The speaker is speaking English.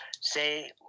say